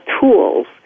tools